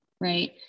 right